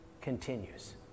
continues